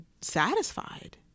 satisfied